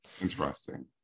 interesting